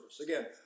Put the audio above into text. Again